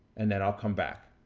and then i'll come back.